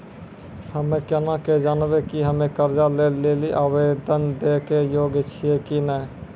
हम्मे केना के जानबै कि हम्मे कर्जा लै लेली आवेदन दै के योग्य छियै कि नै?